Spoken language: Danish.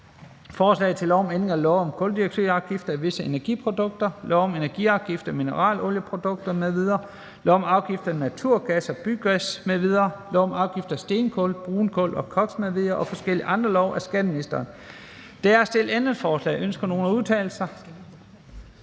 Forslag til lov om ændring af lov om kuldioxidafgift af visse energiprodukter, lov om energiafgift af mineralolieprodukter m.v., lov om afgift af naturgas og bygas m.v., lov om afgift af stenkul, brunkul og koks m.v. og forskellige andre love. (Gennemførelse af dele af